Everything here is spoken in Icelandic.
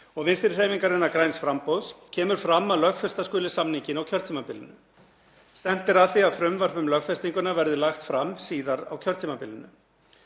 og Vinstrihreyfingarinnar – græns framboðs kemur fram að lögfesta skuli samninginn á kjörtímabilinu. Stefnt er að því að frumvarp um lögfestinguna verði lagt fram síðar á kjörtímabilinu.